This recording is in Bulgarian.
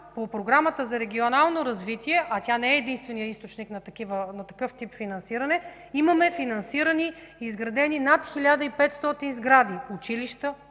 по Програмата за регионално развитие, а тя не е единственият източник на такъв тип финансиране, има финансирани и изградени над 1500 сгради – училища,